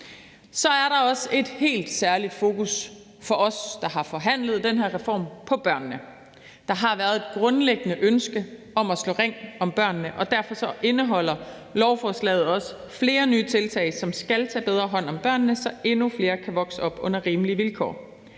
Så er der også for os, der har forhandlet den her reform, et helt særligt fokus på børnene. Der har været et grundlæggende ønske om at slå ring om børnene, og derfor indeholder lovforslaget også flere nye tiltag, som skal tage bedre hånd om børnene, så endnu flere kan vokse op under rimelige vilkår.